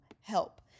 help